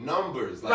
Numbers